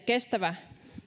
kestävä